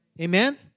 Amen